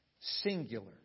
singular